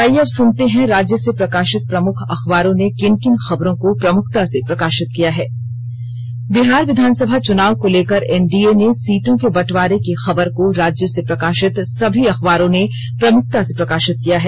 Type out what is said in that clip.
और आईये अब सुनते हैं राज्य से प्रकाशित प्रमुख अखबारों ने किन किन खबरों को प्रमुखता से प्रकाशित किया है बिहार विधानसभा चुनाव को लेकर एनडीए ने सीटों के बंटवारे की खबर को राज्य से प्रकाशित सभी अखबारों ने प्रमुखता से प्रकाशित किया है